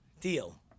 deal